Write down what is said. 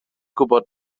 gwybod